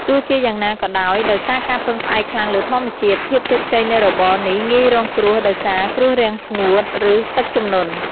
ទោះជាយ៉ាងណាក៏ដោយ ដោយសារការពឹងផ្អែកខ្លាំងលើធម្មជាតិ ភាពជោគជ័យនៃរបរនេះងាយរងគ្រោះដោយសារគ្រោះរាំងស្ងួត ឬទឹកជំនន់។